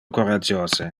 coragiose